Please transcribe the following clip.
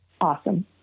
awesome